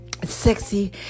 Sexy